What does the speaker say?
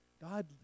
God